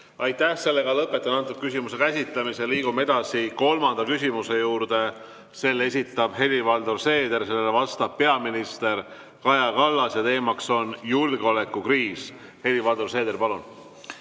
Aitäh! Lõpetan selle küsimuse käsitlemise. Liigume edasi kolmanda küsimuse juurde. Selle esitab Helir-Valdor Seeder, sellele vastab peaminister Kaja Kallas ja teema on julgeolekukriis. Helir-Valdor Seeder, palun!